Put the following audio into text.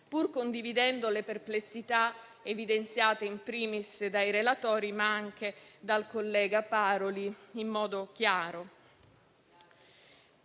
pur condividendo le perplessità evidenziate *in primis* dai relatori, ma anche dal collega Paroli in modo chiaro.